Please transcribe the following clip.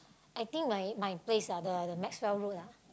I think my my place ah the the Maxwell-Road ah